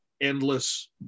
endless